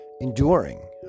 enduring